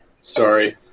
Sorry